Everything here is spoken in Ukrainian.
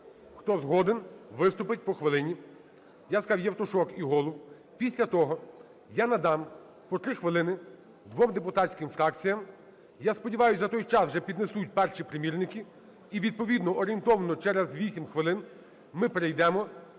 Хто згоден, виступить по хвилині. Я сказав: Євтушок і Голуб. Після того я надам по 3 хвилини двом депутатським фракціям. Я сподіваюсь, за той час вже піднесуть перші примірники. І відповідно орієнтовно через 8 хвилин ми перейдемо